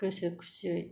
गोसो खुसियै